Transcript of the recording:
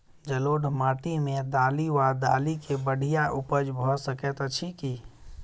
जलोढ़ माटि मे दालि वा दालि केँ बढ़िया उपज भऽ सकैत अछि की?